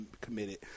committed